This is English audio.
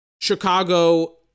Chicago